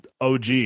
OG